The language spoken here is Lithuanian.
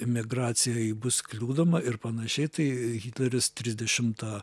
migracijai bus kliudoma ir panašiai tai hitleris trisdešimtą